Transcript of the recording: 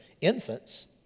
infants